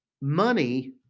money